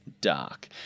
dark